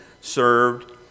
served